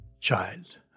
child